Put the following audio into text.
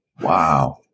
Wow